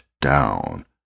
down